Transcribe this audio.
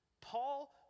Paul